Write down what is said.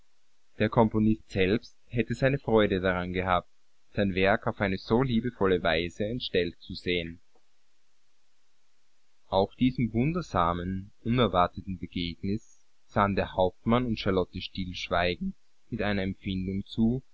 der komponist selbst hätte seine freude daran gehabt sein werk auf eine so liebevolle weise entstellt zu sehen auch diesem wundersamen unerwarteten begegnis sahen der hauptmann und charlotte stillschweigend mit einer empfindung zu